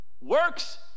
Works